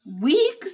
Weeks